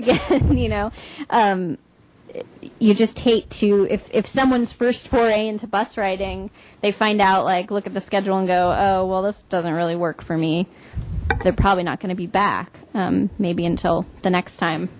again you know you just hate to if someone's first foray into bus riding they find out like look at the schedule and go oh well this doesn't really work for me they're probably not gonna be back um maybe until the next time